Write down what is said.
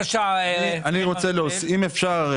אם אפשר,